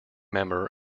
member